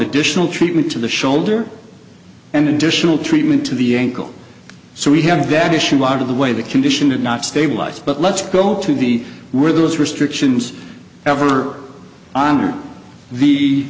additional treatment to the shoulder and additional treatment to the ankle so we have that issue out of the way the conditions are not stabilized but let's go to the were those restrictions ever on or the